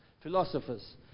philosophers